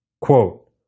Quote